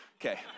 okay